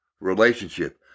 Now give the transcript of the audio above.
relationship